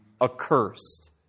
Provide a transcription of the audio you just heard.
accursed